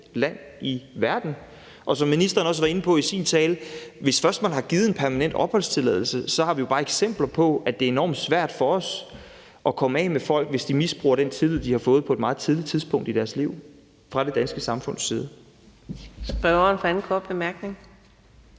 land i verden. Som ministeren også var inde på i sin tale, har vi jo eksempler på, at hvis man først har givet en permanent opholdstilladelse, er det enormt svært for os at komme af med folk, hvis de misbruger den tillid, de har fået på et meget tidligt tidspunkt i deres liv fra det danske samfunds side. Kl. 15:48 Anden næstformand